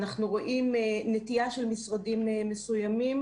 אנחנו רואים נטייה של משרדים מסוימים